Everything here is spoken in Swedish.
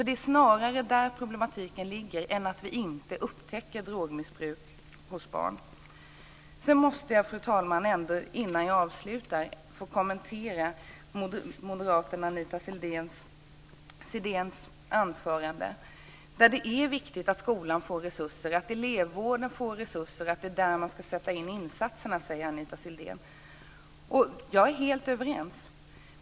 Det är snarare det som är problematiken än att vi inte upptäcker drogmissbruk hos barn. Innan jag avslutar måste jag, fru talman, få kommentera moderaten Anita Sidéns anförande. Det är viktigt att skolan får resurser, att elevvården får resurser, det är där man ska sätta in insatserna, säger Anita Sidén. Jag är helt överens med henne om det.